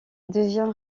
devient